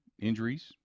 injuries